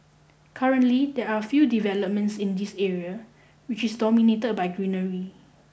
currently there are few developments in the area which is dominated by greenery